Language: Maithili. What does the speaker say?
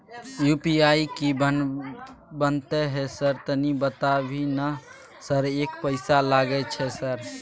यु.पी.आई की बनते है सर तनी बता भी ना सर एक पैसा लागे छै सर?